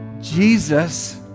Jesus